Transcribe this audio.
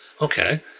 okay